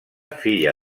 filla